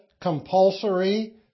compulsory